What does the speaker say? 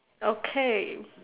okay